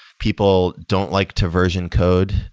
people don't like to version code.